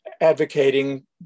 advocating